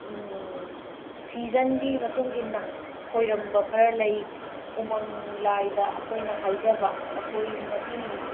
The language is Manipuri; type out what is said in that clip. ꯁꯤꯖꯟꯒꯤ ꯃꯇꯨꯡ ꯏꯟꯅ ꯈꯣꯏꯔꯝꯕ ꯈꯔ ꯂꯩ ꯎꯃꯪ ꯂꯥꯏꯗ ꯑꯩꯈꯣꯏꯅ ꯍꯥꯏꯖꯕ ꯑꯩꯈꯣꯏ ꯉꯁꯤ